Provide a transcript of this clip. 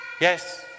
Yes